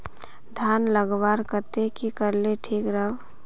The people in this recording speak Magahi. धानेर लगवार केते की करले ठीक राब?